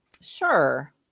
Sure